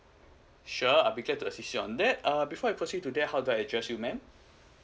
sure I'll be glad to assist you on that err before I proceed to there how do I address you ma'am